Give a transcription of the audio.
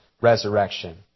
resurrection